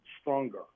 stronger